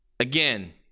Again